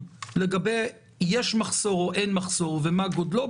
לגבי האם יש מחסור או אין מחסור ומה גודלו,